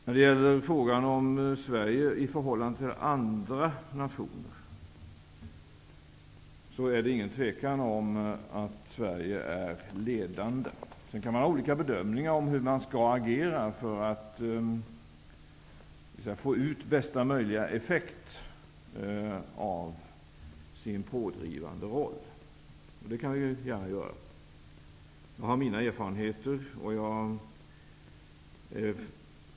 När det gäller frågan om Sverige i förhållande till andra nationer råder det inget tvivel om att Sverige är ledande. Sedan kan man göra olika bedömningar av hur man skall agera för att få ut bästa möjliga effekt av sin pådrivande roll. Det kan vi gärna göra. Jag har mina erfarenheter.